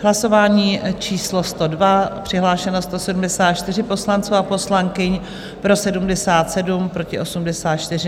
Hlasování číslo 102, přihlášeno 174 poslanců a poslankyň, pro 77, proti 84.